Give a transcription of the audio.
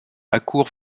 accourt